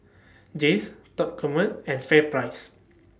Jays Top Gourmet and FairPrice